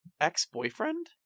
ex-boyfriend